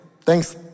Thanks